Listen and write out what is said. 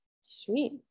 sweet